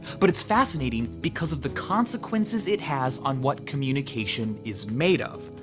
but it's fascinating because of the consequences it has on what communication is made of.